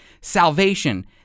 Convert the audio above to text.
salvation